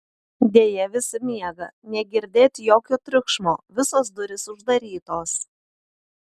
deja visi miega negirdėt jokio triukšmo visos durys uždarytos